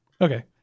Okay